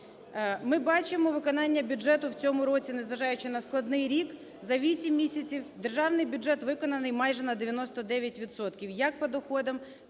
Ми бачимо виконання бюджету в цьому році. Незважаючи на складний рік, за 8 місяців Державний бюджет виконаний майже на 99